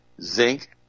zinc